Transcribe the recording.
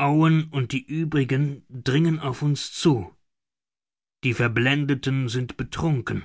owen und die uebrigen dringen auf uns zu die verblendeten sind betrunken